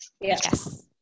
Yes